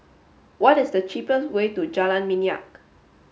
what is the cheapest way to Jalan Minyak